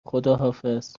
خداحافظ